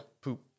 poop